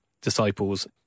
disciples